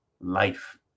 life